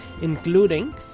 including